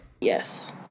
Yes